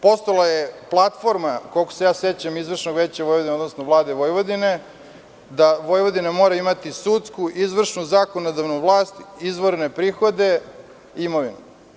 Postojala je platforma, koliko se ja sećam, Izvršnog veća Vojvodine, odnosno Vlade Vojvodine, da Vojvodina mora imati sudsku, izvršnu, zakonodavnu vlast, izvorne prihode, imovinu.